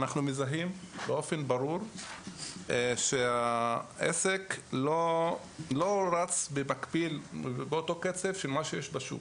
אנחנו מזהים באופן ברור שהעסק לא רץ באותו קצב של מה שיש בשוק,